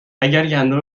گندم